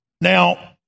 Now